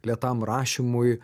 lėtam rašymui